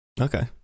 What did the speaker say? okay